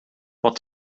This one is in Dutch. wat